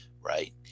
right